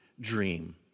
dream